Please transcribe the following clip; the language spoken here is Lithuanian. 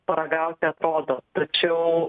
paragauti atrodo tačiau